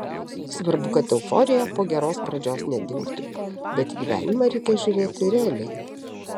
svarbu kad euforija po geros pradžios nedingtų bet į gyvenimą reikia žiūrėti realiai